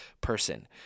person